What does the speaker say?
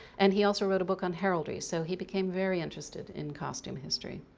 and he also wrote a book on heraldry. so he became very interested in costume history.